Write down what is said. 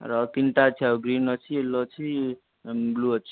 ଆର ଆଉ ତିନିଟା ଅଛି ଆଉ ଗ୍ରୀନ୍ ଅଛି ୟୋଲୋ ଅଛି ବ୍ଳ୍ୟୁ ଅଛି